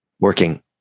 working